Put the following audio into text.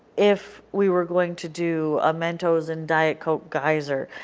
if we were going to do a mentos and diet coke geyser,